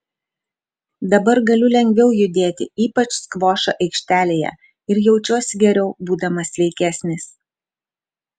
dabar galiu lengviau judėti ypač skvošo aikštelėje ir jaučiuosi geriau būdamas sveikesnis